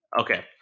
okay